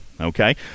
Okay